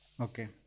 Okay